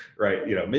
right? you know,